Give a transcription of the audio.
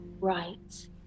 right